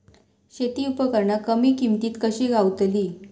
शेती उपकरणा कमी किमतीत कशी गावतली?